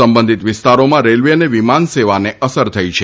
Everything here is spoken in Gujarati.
સંબંધિત વિસ્તારોમાં રેલવે અને વિમાનસેવાને અસર થઇ છે